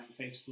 Facebook